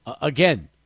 again